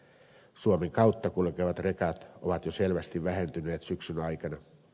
suomen kautta kulkevat rekat ovat jo selvästi vähentyneet syksyn aikana